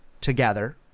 together